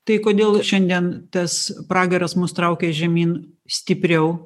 tai kodėl šiandien tas pragaras mus traukia žemyn stipriau